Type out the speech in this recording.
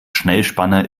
schnellspanner